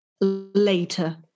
later